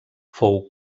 fou